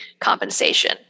compensation